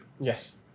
Yes